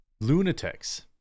Lunatics